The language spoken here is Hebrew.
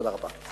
תודה רבה.